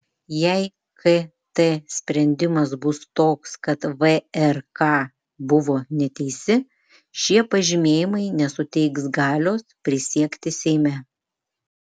jei kt sprendimas bus toks kad vrk buvo neteisi šie pažymėjimai nesuteiks galios prisiekti seime